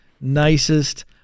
nicest